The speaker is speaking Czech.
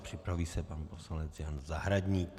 Připraví se pan poslanec Jan Zahradník.